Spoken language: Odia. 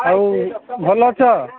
ଆଉ ଭଲ ଅଛ